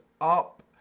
up